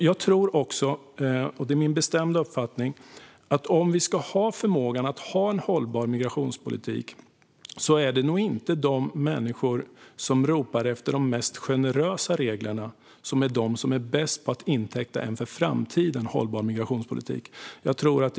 Jag tror också - det är min bestämda uppfattning - att det inte är de människor som ropar efter de mest generösa reglerna som är bäst på att inför framtiden ta fram en hållbar migrationspolitik.